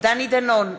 דני דנון,